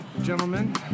gentlemen